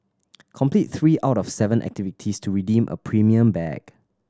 complete three out of seven activities to redeem a premium bag